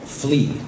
Flee